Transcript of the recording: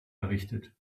errichtet